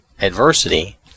adversity